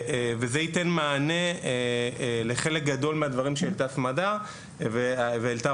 וזה ייתן מענה לחלק גדול מהדברים שהעלו סמדר ורונית.